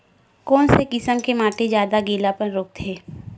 कोन से किसम के माटी ज्यादा गीलापन रोकथे?